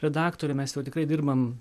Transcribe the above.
redaktoriui mes jau tikrai dirbam